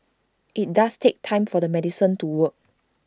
IT does take time for the medicine to work